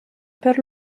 per